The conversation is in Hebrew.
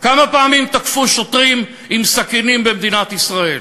כמה פעמים תקפו שוטרים עם סכינים במדינת ישראל?